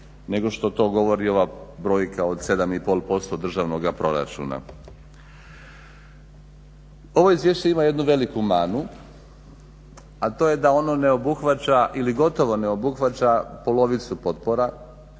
nego što to govori ova brojka od 7,5% državnoga proračuna. Ovo izvješće ima jednu veliku manu a to je da ono ne obuhvaća ili gotovo ne obuhvaća polovicu potpora,